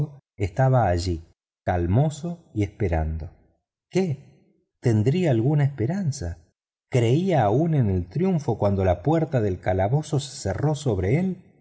estaba calmoso y esperando qué tendría alguna esperanza creía aún en el triunfo cuando la puerta del calabozo se cerró